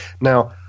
Now